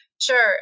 Sure